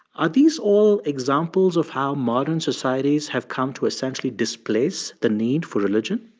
are these all examples of how modern societies have come to essentially displace the need for religion?